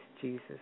Jesus